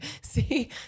See